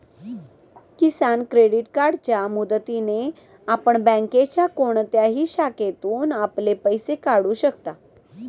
किसान credit कार्डच्या मदतीने आपण बँकेच्या कोणत्याही शाखेतून आपले पैसे काढू शकता